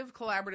collaborative